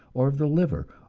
or of the liver,